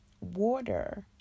water